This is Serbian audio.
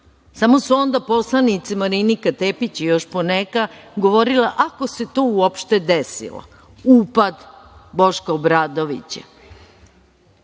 Samo su onda poslanici Marinika Tepić i još poneka govorila – ako se to uopšte desilo, upad Boška Obradovića.